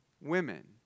women